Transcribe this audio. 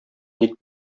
ник